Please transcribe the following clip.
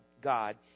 God